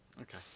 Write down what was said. Okay